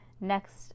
next